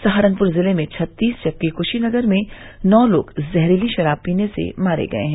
सहारनपुर जिले में छत्तीस जबकि क्शीनगर में नौ लोग जहरीली शराब पीने से मारे गये है